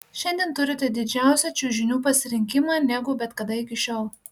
šiandien turite didžiausią čiužinių pasirinkimą negu bet kada iki šiol